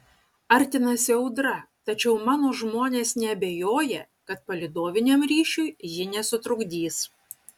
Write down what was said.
artinasi audra tačiau mano žmonės neabejoja kad palydoviniam ryšiui ji nesutrukdys